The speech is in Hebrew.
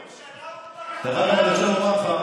הממשלה הוקמה, דרך אגב, אני רוצה לומר,